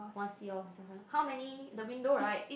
one seahorse (uh huh) how many the window right